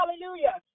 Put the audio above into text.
Hallelujah